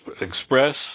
Express